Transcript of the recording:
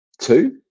two